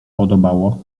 podobało